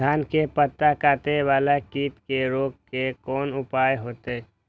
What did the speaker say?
धान के पत्ता कटे वाला कीट के रोक के कोन उपाय होते?